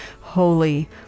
holy